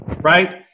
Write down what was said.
right